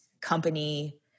company